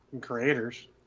creators